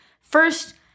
First